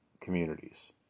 communities